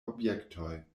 objektoj